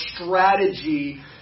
strategy